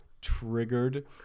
triggered